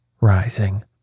rising